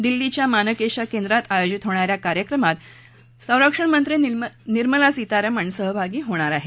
दिल्लीच्या मानेकशा केंद्रांत आयोजित होणा या मुख्य कार्यक्रमात संरक्षण मंत्री निर्मला सीतारमण सहभागी होणार आहे